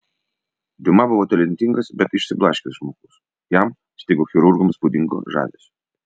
diuma buvo talentingas bet išsiblaškęs žmogus jam stigo chirurgams būdingo žavesio